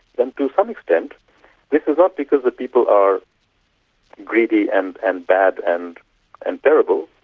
and to some extent it is not because the people are greedy and and bad and and terrible,